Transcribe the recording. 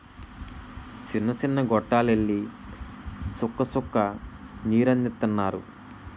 సిన్న సిన్న గొట్టాల్లెల్లి సుక్క సుక్క నీరందిత్తన్నారు